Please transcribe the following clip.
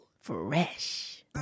fresh